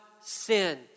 sin